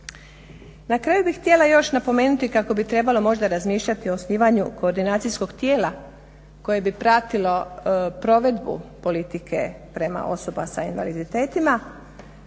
Na kraju bih htjela još napomenuti kako bi trebalo možda razmišljati o osnivanju koordinacijskog tijela koje bi pratilo provedbu politike prema osobama s invaliditetima.